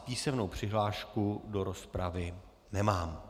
Písemnou přihlášku do rozpravy nemám.